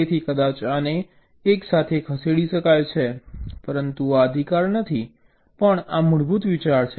તેથી કદાચ આને એક સાથે ખસેડી શકાય છે પરંતુ આ અધિકાર નથી પણ આ મૂળભૂત વિચાર છે